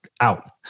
out